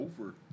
over